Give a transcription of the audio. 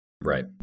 Right